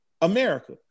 America